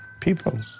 people